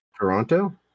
Toronto